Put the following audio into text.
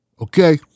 okay